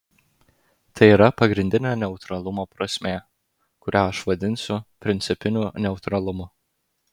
tai yra pagrindinė neutralumo prasmė kurią aš vadinsiu principiniu neutralumu